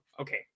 okay